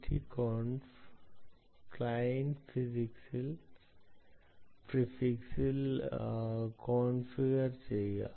conf client പ്രിഫിക്സിൽ configure ചെയ്യുക